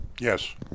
Yes